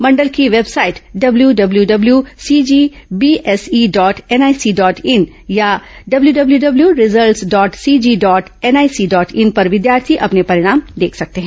मंडल की website W W W CGBSE dot NIC dot in या W W results dot CG dot NIC dot in पर विद्यार्थी अपने परिणाम देख सकते हैं